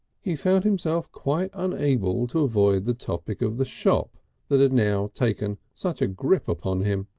he found himself quite unable to avoid the topic of the shop that had now taken such a grip upon him.